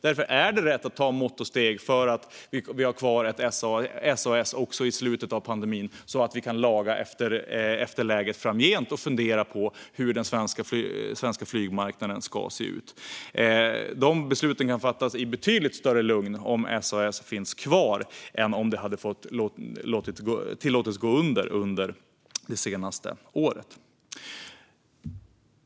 Därför är det rätt att ta mått och steg för att vi ska ha kvar ett SAS också i slutet av pandemin, så att vi kan laga efter läge framgent och fundera på hur den svenska flygmarknaden ska se ut. De besluten kan fattas i betydligt större lugn med ett SAS som finns kvar än om det under det senaste året hade tillåtits gå under.